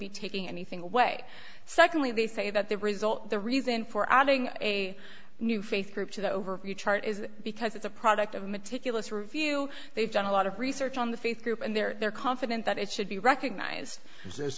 be taking anything away secondly they say that the result the reason for adding a new faith group to the overview chart is because it's a product of meticulous review they've done a lot of research on the faith group and they're confident that it should be recognised